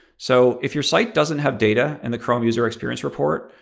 so if your site doesn't have data in the chrome user experience report,